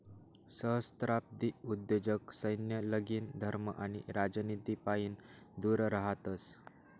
सहस्त्राब्दी उद्योजक सैन्य, लगीन, धर्म आणि राजनितीपाईन दूर रहातस